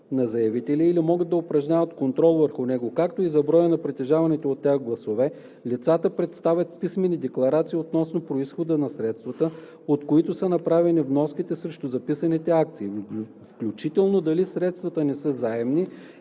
на заявителя или могат да упражняват контрол върху него, както и за броя на притежаваните от тях гласове; лицата представят писмени декларации относно произхода на средствата, от които са направени вноските срещу записаните акции, включително дали средствата не са заемни,